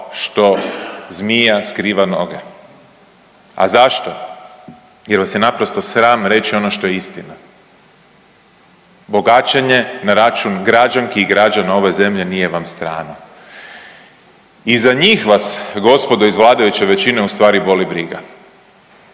što zmija skriva noge. A zašto, jer vas je naprosto sram reći ono što je istina, bogaćenje na račun građanki i građana ove zemlje nije vam strano i za njih vas gospodo iz vladajuće većine u stvari boli briga.